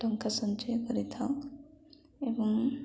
ଟଙ୍କା ସଞ୍ଚୟ କରିଥାଉ ଏବଂ